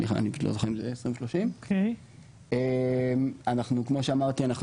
סליחה אני פשוט לא זוכר אם זה 20 או 30. כמו שאמרתי אנחנו